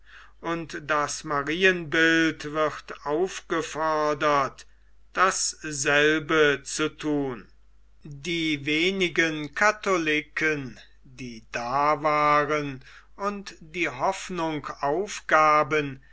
und das marienbild wird aufgefordert dasselbe zu thun die wenigen katholiken die da waren und die hoffnung aufgaben